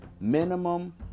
Minimum